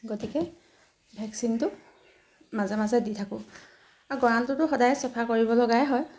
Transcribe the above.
গতিকে ভেকচিনটো মাজে মাজে দি থাকোঁ আৰু গঁৰালটোতো সদায়ে চফা কৰিব লগাই হয়